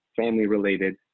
family-related